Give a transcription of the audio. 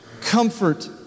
comfort